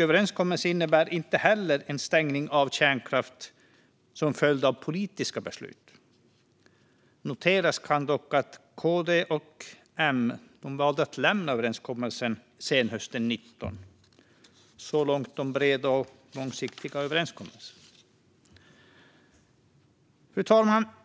Överenskommelsen innebär inte heller en stängning av kärnkraften som en följd av politiska beslut. Noteras kan dock att KD och M valde att lämna överenskommelsen senhösten 2019 - så långt om breda och långsiktiga överenskommelser.